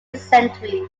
centuries